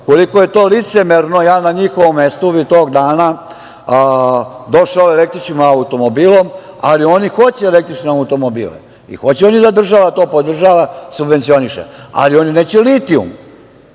Koliko je to licemerno, ja na njihovom mestu, tog dana bih došao električnim automobilom, ali oni hoće električne automobile i hoće da država to podržava, subvencioniše, ali neće litijum.